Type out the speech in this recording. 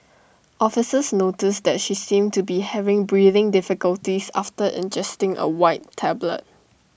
officers noticed that she seemed to be having breathing difficulties after ingesting A white tablet